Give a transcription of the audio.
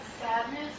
sadness